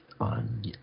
on